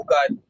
God